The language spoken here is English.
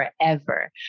forever